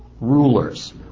rulers